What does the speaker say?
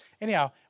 Anyhow